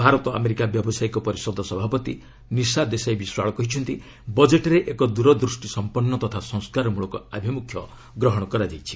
Bharat America ବ୍ୟବସାୟୀକ ପରିଷଦ ସଭାପତି ନିଶା ଦେଶାଇ ବିଶ୍ୱାଳ କହିଛନ୍ତି ବଜେଟ୍ରେ ଏକ ଦୂରଦୃଷ୍ଟି ସମ୍ପନ୍ନ ତଥା ସଂସ୍କାର ମୂଳକ ଆଭିମୁଖ୍ୟ ଗ୍ରହଣ କରାଯାଇଛି